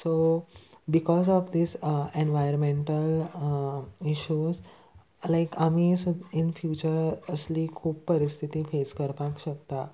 so because of these environmental issues like आमी in future असली खूब परिस्थिती फेस करपाक शकता